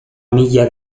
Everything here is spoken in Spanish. milla